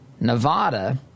Nevada –